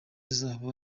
zabo